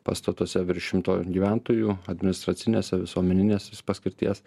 pastatuose virš šimto gyventojų administracinėse visuomeninės paskirties